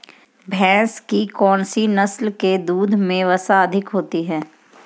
भैंस की कौनसी नस्ल के दूध में वसा अधिक होती है?